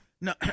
No